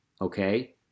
okay